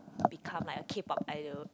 become like a K-pop idol